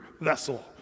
vessel